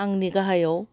आंनि गाहायाव